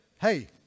hey